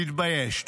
תתבייש.